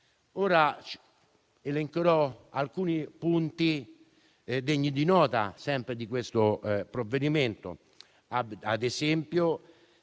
Ora elencherò alcuni punti degni di nota sempre di questo provvedimento, come